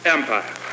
Empire